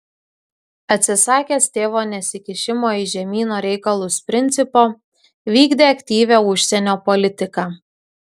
atsisakęs tėvo nesikišimo į žemyno reikalus principo vykdė aktyvią užsienio politiką